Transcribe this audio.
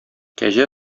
кәҗә